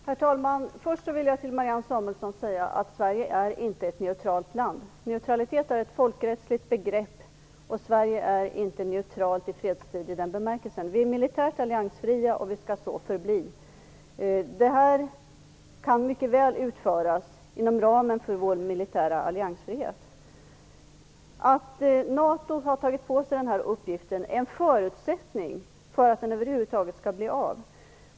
Herr talman! Först vill jag till Marianne Samuelsson säga att Sverige inte är ett neutralt land. Neutralitet är ett folkrättsligt begrepp, och Sverige är i fredstid inte neutralt i den bemärkelsen. Vi är militärt alliansfria, och vi skall så förbli. Denna insats kan mycket väl genomföras inom ramen för vår militära alliansfrihet. Att NATO har tagit på sig den här uppgiften är en förutsättning för att den över huvud taget skall bli av.